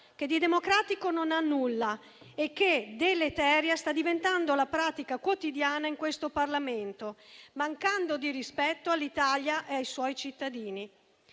che di democratico non ha nulla e che, deleteria, sta diventando la pratica quotidiana in questo Parlamento, mancando di rispetto all'Italia e ai suoi cittadini.